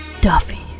Duffy